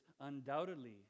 undoubtedly